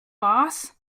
boss